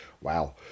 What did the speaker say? Wow